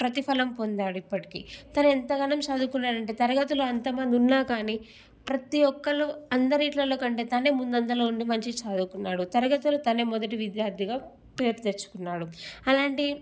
ప్రతిఫలం పొందాడు ఇప్పటికీ తను ఎంతగానం చదువుకున్నాడంటే తరగతులో అంతమందున్నా కానీ ప్రతీ ఒక్కళ్ళు అందరి ఇట్లల్లో కంటే తనే ముందంజలో ఉండి మంచిగ చదువుకున్నాడు తరగతులో తనే మొదటి విద్యార్థిగా పేరు తెచ్చుకున్నాడు అలాంటి